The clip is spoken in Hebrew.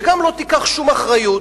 וגם לא תיקח שום אחריות.